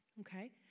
Okay